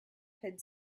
had